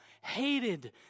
hated